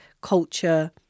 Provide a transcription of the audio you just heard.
culture